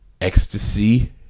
ecstasy